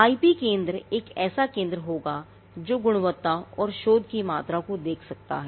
IP केंद्र एक ऐसा केंद्र होगा जो गुणवत्ता और शोध की मात्रा को देख सकता है